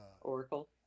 Oracle